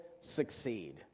succeed